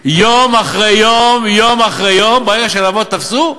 יום אחרי יום, יום אחרי יום, ברגע שהלהבות תפסו,